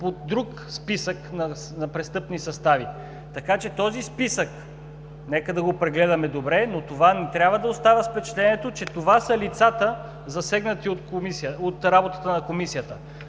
по друг списък на престъпни състави. Така че този списък нека да го прегледаме добре, но не трябва да се остава с впечатлението, че това са лицата, засегнати от работата на Комисията.